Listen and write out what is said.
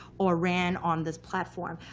or ran on this platform.